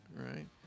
right